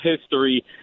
history